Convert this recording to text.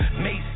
Mace